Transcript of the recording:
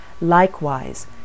Likewise